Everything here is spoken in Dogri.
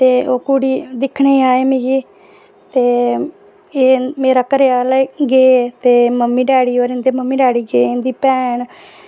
ते ओह् कुड़ी दिक्खनै गी आए मिगी ते एह् मेरा घरै आह्ला गे मम्मी डैडी इं'दे गे इं'दी भैन गे